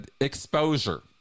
Exposure